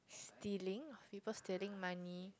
stealing of people stealing money